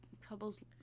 Couples